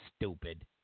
Stupid